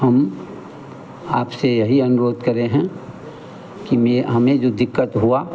हम आपसे यही अनुरोध करें हैं कि में हमें जो दिक्कत हुई